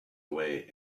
away